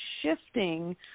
shifting